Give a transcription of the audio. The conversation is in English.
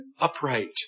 upright